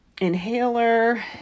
inhaler